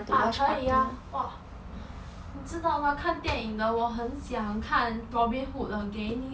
ah 可以啊 !wah! 你知道吗看电影的我很想看 robin hood again